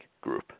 group